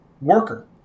Worker